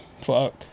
fuck